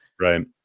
Right